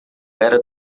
era